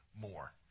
more